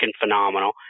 phenomenal